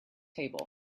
table